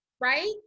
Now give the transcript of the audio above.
Right